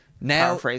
now